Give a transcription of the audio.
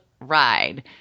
ride